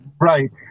Right